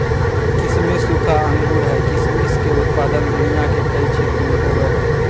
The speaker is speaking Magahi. किसमिस सूखा अंगूर हइ किसमिस के उत्पादन दुनिया के कई क्षेत्र में होबैय हइ